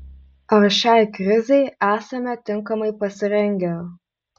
ar šiai krizei esame tinkamai pasirengę